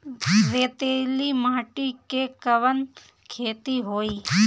रेतीली माटी में कवन खेती होई?